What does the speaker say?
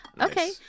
okay